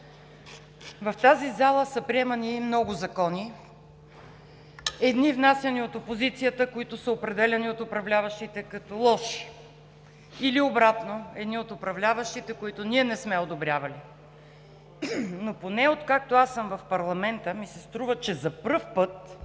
В тази зала са приемани много закони – едни внасяни от опозицията, които са определяни от управляващите като лоши, или обратно – едни от управляващите, които ние не сме одобрявали. Но поне, откакто аз съм в парламента, ми се струва, че за пръв път